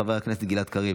חבר הכנסת גלעד קריב,